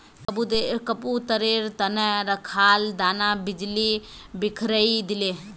कबूतरेर त न रखाल दाना बिल्ली बिखरइ दिले